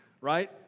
right